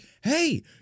hey